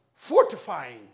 Fortifying